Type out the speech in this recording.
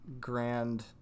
grand